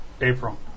April